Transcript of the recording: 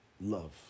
love